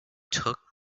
took